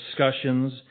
discussions